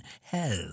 Hell